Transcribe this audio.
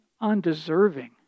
undeserving